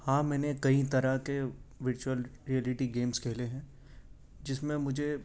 ہاں میں نے کئی طرح کے ورچوئل ریئلٹی گیم کھیلے ہیں جس میں مجھے